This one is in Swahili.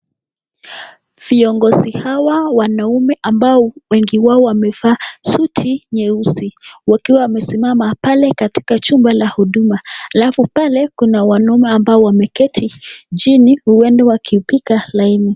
Viongozi hawa wanaume ambao wengi wao wamevaa suti nyeusi, wakiwa wamesimama pale katika chumba la huduma alafu pale kuna wanaume ambao wameketi chini, huenda wakipiga laini.